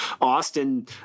Austin